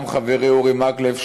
גם חברי אורי מקלב,